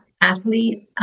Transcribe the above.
athlete